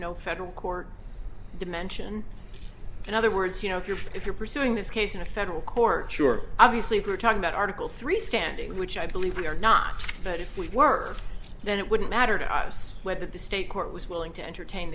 no federal court dimension in other words you know if you're if you're pursuing this case in a federal court sure obviously we're talking about article three standing which i believe it or not but if we were then it wouldn't matter to us whether the state court was willing to entertain